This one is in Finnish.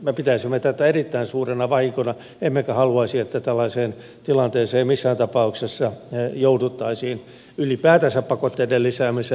me pitäisimme tätä erittäin suurena vahinkona emmekä haluaisi että tällaiseen tilanteeseen missään tapauksessa jouduttaisiin ylipäätänsä pakotteiden lisäämiseen